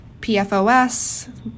PFOS